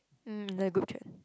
mm in the group chat